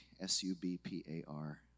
S-U-B-P-A-R